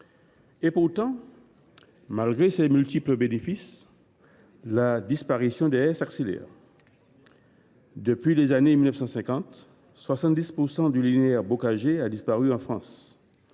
Pourtant, malgré ces multiples vertus, la disparition des haies s’accélère – depuis les années 1950, 70 % du linéaire bocager a disparu en France.